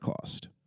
cost